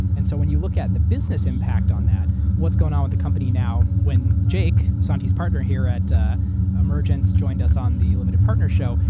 and so when you look at the business impact on that, whatas going on with the company now when jake, santias partner here at emergence, joined us on the limited partner show,